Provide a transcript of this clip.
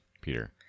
Peter